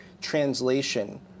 translation